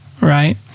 right